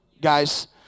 guys